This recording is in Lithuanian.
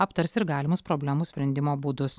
aptars ir galimus problemų sprendimo būdus